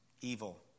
Evil